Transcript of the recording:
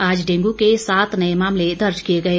आज डेंगू के सात नए मामले दर्ज किए गए